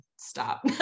stop